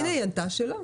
היא אמרה שלא.